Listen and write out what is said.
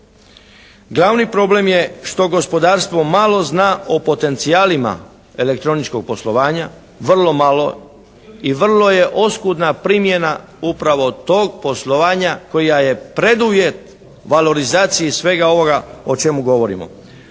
Glavni problem je što gospodarstvo malo zna o potencijalima elektroničkog poslovanja, vrlo malo i vrlo je oskudna primjena upravo tog poslovanja koja je preduvjet valorizaciji svega ovoga o čemu govorimo.